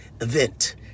event